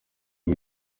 nti